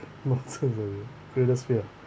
nonsense lah you greatest fear ah